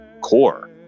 core